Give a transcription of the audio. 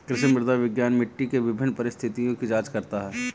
कृषि मृदा विज्ञान मिट्टी के विभिन्न परिस्थितियों की जांच करता है